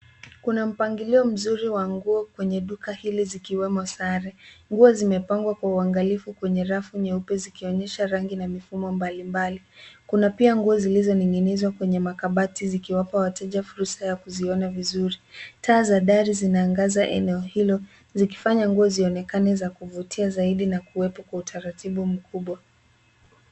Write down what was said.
Kuna mpangilio mzuri wa nguo kwenye duka hili zikiwemo sare. Nguo zimepangwa kwa uangalifu kwenye rafu nyeupe zikionyesha rangi na mifumo mbalimbali. Kuna pia nguo ziziloninginizwa kwenye makabati zikiwapa wateja fursa ya kuziona vizuri. Taa za dhali zinaangaza eneo hilo zikifanya nguo zionekana kuvutia kwa zaidi na kuwepo kwa utaratibu mkubwa.